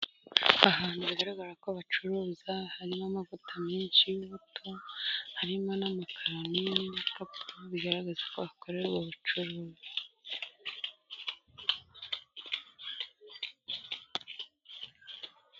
Ahantu bigaragara ko bacuruza harimo amavuta menshi y'ubuto harimo n'amakaroni n'ibikapu bigaragaza ko bakoremo ubucuruzi.